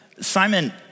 Simon